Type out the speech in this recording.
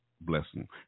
blessing